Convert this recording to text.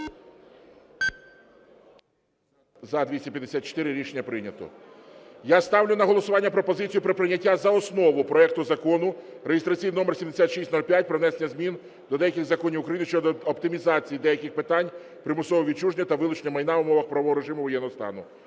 За-254 Рішення прийнято. Я ставлю на голосування пропозицію про прийняття за основу проекту закону (реєстраційний номер 7605) про внесення змін до деяких законів України щодо оптимізації деяких питань примусового відчуження та вилучення майна в умовах правового режиму воєнного стану.